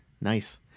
Nice